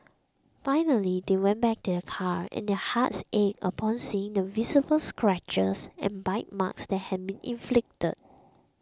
finally they went back to their car and their hearts ached upon seeing the visible scratches and bite marks that had been inflicted